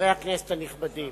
חברי הכנסת הנכבדים,